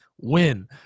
win